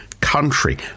country